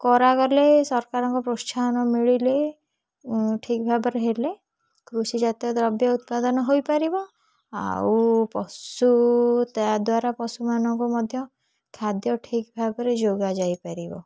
କରାଗଲେ ସରକାରଙ୍କ ପ୍ରୋତ୍ସାହନ ମିଳିଲେ ଠିକ୍ ଭାବରେ ହେଲେ କୃଷି ଜାତୀୟ ଦ୍ରବ୍ୟ ଉତ୍ପାଦନ ହୋଇପାରିବ ଆଉ ପଶୁ ତା'ଦ୍ଵାରା ପଶୁମାନଙ୍କୁ ମଧ୍ୟ ଖାଦ୍ୟ ଠିକ୍ ଭାବରେ ଯୋଗାଯାଇ ପାରିବ